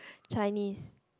Chinese